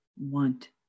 want